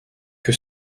que